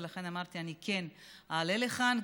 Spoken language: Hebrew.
ולכן אמרתי שאני כן אעלה לכאן,